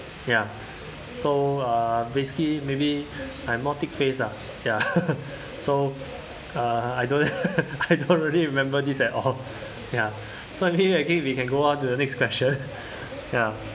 ya so uh basically maybe I'm more thick face lah ya so uh I don't I don't really remember this at all ya so maybe we can go on to the next question ya